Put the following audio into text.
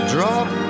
Drop